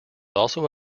also